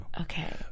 Okay